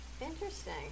Interesting